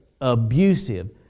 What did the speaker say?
abusive